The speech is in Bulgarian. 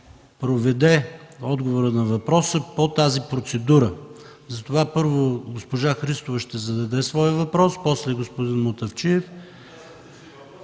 въпроса и той ще се проведе по тази процедура. Затова първо госпожа Христова ще зададе своя въпрос, после господин Мутафчиев,